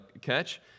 catch